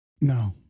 No